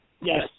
Yes